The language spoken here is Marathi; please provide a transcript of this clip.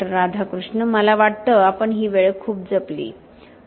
राधाकृष्ण मला वाटतंआपण ही वेळ खूप जपली हसतात डॉ